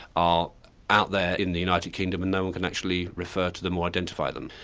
are out there in the united kingdom and no-one can actually refer to them or identify them.